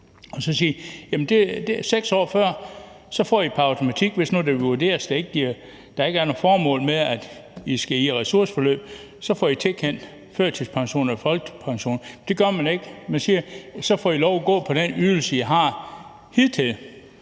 man sige: 6 år før får I det pr. automatik, hvis nu det vurderes, at der ikke er noget formål med, at I skal i ressourceforløb; så får I tilkendt førtidspension eller folkepension. Men det gør man ikke. Man siger: Så får I lov at gå på den ydelse, I har haft